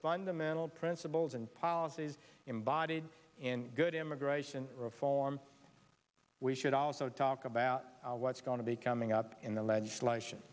fundamental principles and policies embodied in good immigration reform we should also talk about what's going to be coming up in the legislation